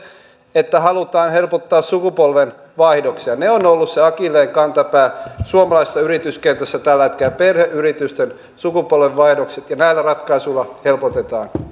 että halutaan helpottaa sukupolvenvaihdoksia ne ovat olleet se akilleenkantapää suomalaisessa yrityskentässä tällä hetkellä perheyritysten sukupolvenvaihdokset ja näillä ratkaisuilla helpotetaan